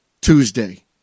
Tuesday